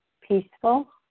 peaceful